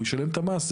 הוא ישלם את המס.